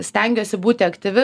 stengiuosi būti aktyvi